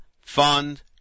Fund